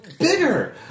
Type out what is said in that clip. bigger